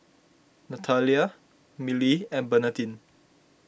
Nathalia Milly and Bernadine